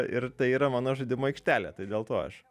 ir tai yra mano žaidimų aikštelė tai dėl to aš